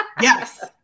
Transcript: Yes